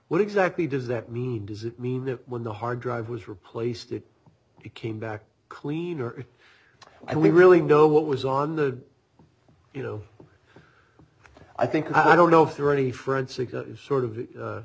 what exactly does that mean does it mean that when the hard drive was replaced it came back cleaner and we really know what was on the you know i think i don't know if there are any for